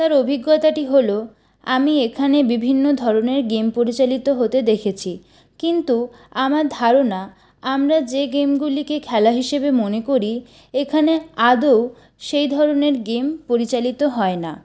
তার অভিজ্ঞতাটি হল আমি এখানে বিভিন্ন ধরণের গেম পরিচালিত হতে দেখেছি কিন্তু আমার ধারণা আমরা যে গেমগুলিকে খেলা হিসেবে মনে করি এখানে আদৌ সেই ধরণের গেম পরিচালিত হয় না